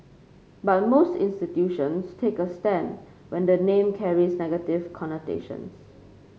but most institutions take a stand when the name carries negative connotations